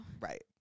right